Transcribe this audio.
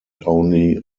only